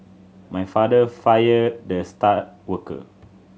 my father fired the star worker